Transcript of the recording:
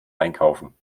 einkaufen